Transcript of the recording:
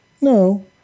No